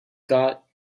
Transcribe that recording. got